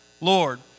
Lord